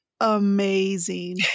amazing